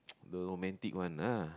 the romantic one lah